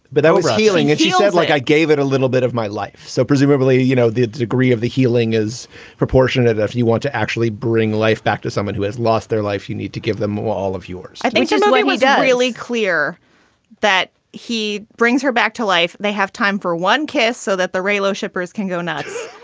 but that was healing and she says, like, i gave it a little bit of my life. so presumably, you know, the degree of the healing is proportionate if you want to actually bring life back to someone who has lost their life. you need to give them all of yours i think just way we don't ah really clear that he brings her back to life. they have time for one kiss so that the railos shippers can go nuts.